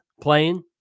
playing